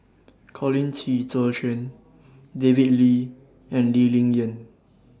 Colin Qi Zhe Quan David Lee and Lee Ling Yen